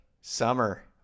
summer